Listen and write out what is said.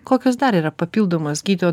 kokios dar yra papildomos gydytojo